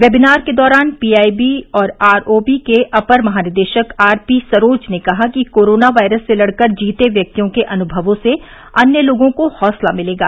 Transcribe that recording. webinar के दौरान PIB व आरओबी के अपर महानिदेशक आरपी सरोज ने कहा कि कोरोना वायरस से लड़कर जीते व्यक्तियों के अनुभवों से अन्य लोगों को हौसला मिलेगा